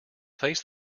face